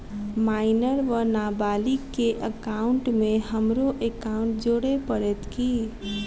Minor वा नबालिग केँ एकाउंटमे हमरो एकाउन्ट जोड़य पड़त की?